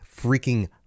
freaking